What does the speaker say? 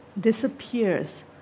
disappears